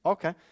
Okay